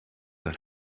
that